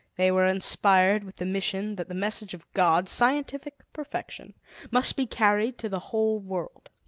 they were inspired with the mission that the message of god scientific perfection must be carried to the whole world.